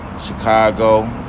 Chicago